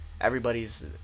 everybody's